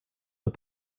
but